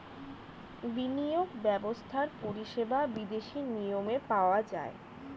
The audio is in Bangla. বিনিয়োগ ব্যবস্থার পরিষেবা বিদেশি নিয়মে পাওয়া যায়